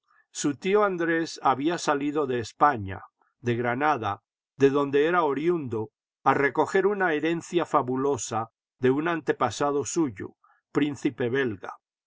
su tío andrés había salido de españa de granada de donde era oriundo a recoger una herencia fabulosa de un antepasado suyo príncipe